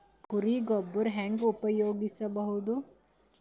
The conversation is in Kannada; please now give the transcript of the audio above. ಕೊಳಿ ಗೊಬ್ಬರ ಹೆಂಗ್ ಉಪಯೋಗಸಬಹುದು?